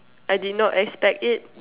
I did not expect it